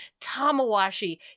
tamawashi